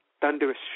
thunderous